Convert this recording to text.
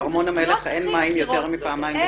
בארמון המלך אין מים יותר מפעמיים בשבוע?